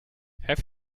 have